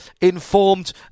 informed